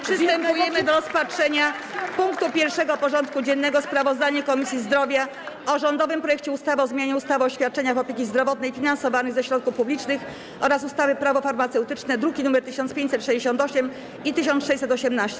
Przystępujemy do rozpatrzenia punktu 1. porządku dziennego: Sprawozdanie Komisji Zdrowia o rządowym projekcie ustawy o zmianie ustawy o świadczeniach opieki zdrowotnej finansowanych ze środków publicznych oraz ustawy - Prawo farmaceutyczne (druki nr 1568 i 1618)